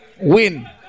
Win